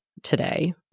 today